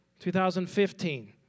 2015